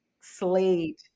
slayed